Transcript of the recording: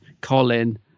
Colin